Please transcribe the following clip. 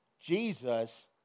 Jesus